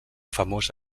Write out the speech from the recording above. famós